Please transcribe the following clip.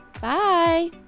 Bye